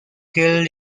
killed